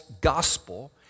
gospel